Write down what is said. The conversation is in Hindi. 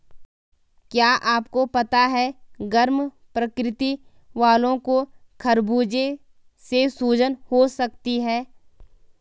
क्या आपको पता है गर्म प्रकृति वालो को खरबूजे से सूजन हो सकती है?